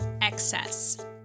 excess